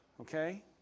okay